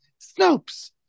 Snopes